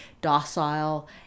docile